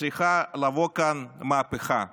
צריכה לבוא כאן מהפכה בתקציבים,